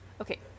Okay